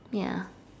ya